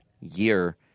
year